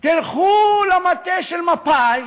תלכו למטה של מפא"י,